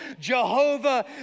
Jehovah